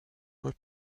voie